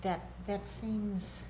that that seems